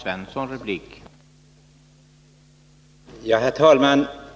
Herr talman!